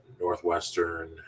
Northwestern